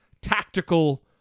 tactical